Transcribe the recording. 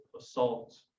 assault